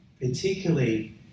particularly